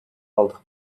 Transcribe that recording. aldı